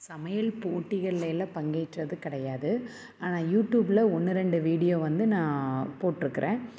சமையல் போட்டிகளில் எல்லாம் பங்கேற்றது கிடையாது ஆனால் யூடியூப்பில் ஒன்று ரெண்டு வீடியோ வந்து நான் போட்டிருக்குறேன்